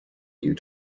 you